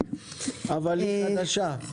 אבל היא חדשה.